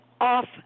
off